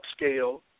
upscale